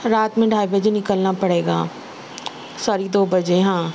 رات میں ڈھائی بجے نکلنا پڑے گا سوری دو بجے ہاں